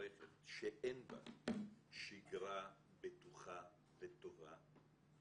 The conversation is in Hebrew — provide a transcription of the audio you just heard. שאין בה שגרה בטוחה וטובה,